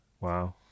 wow